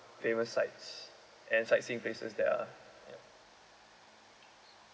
famous sites and sightseeing places that are ya